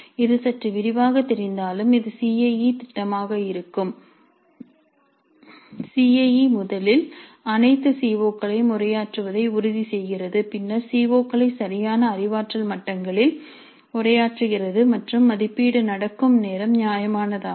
இது சற்று விரிவாகத் தெரிந்தாலும் இது சி ஐ இ திட்டமாக இருக்கும் சி ஐ இ முதலில் அனைத்து சி ஒ களையும் உரையாற்றுவதை உறுதிசெய்கிறது பின்னர் சி ஒ களை சரியான அறிவாற்றல் மட்டங்களில் உரையாற்றுகிறது மற்றும் மதிப்பீடு நடக்கும் நேரம் நியாயமானதாகும்